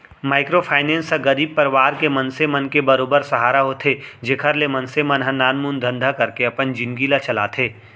micro finance ह गरीब परवार के मनसे मन के बरोबर सहारा होथे जेखर ले मनसे मन ह नानमुन धंधा करके अपन जिनगी ल चलाथे